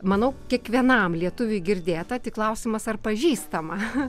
manau kiekvienam lietuviui girdėta tik klausimas ar pažįstama